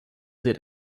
did